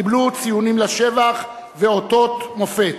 קיבלו ציונים לשבח ואותות מופת.